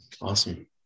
Awesome